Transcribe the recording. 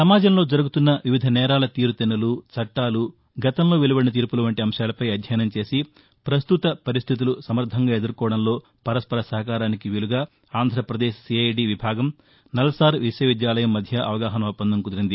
సమాజంలో జరుగుతున్న వివిధ నేరాల తీరుతెన్నులు చట్టాలు గతంలో వెలువదిన తీర్పులు వంటి అంశాలపై అధ్యయనం చేసి ప్రసుత పరిస్థితులు సమర్దంగా ఎదుర్కోవడంలో పరస్బర సహకారానికి వీలుగా ఆంధ్రాప్రదేశ్ సీఐడీ విభాగం నల్సార్ విశ్వవిద్యాలయం మధ్య అవగాహన ఒప్పందం కుదిరింది